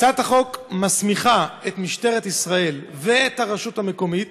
בהצעת החוק מוצע להסמיך את משטרת ישראל ואת הרשות המקומית